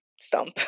stump